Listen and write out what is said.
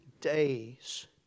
days